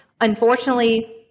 Unfortunately